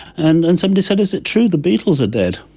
and and somebody said, is it true the beatles are dead?